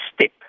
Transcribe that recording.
step